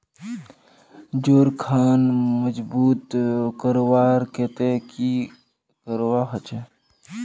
जोड़ खान मजबूत करवार केते की करवा होचए?